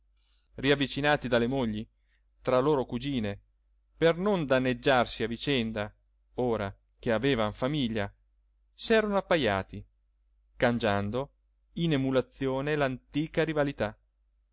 riavvicinati dalle mogli tra loro cugine per non danneggiarsi a vicenda ora che avevan famiglia s'erano appajati cangiando in emulazione l'antica rivalità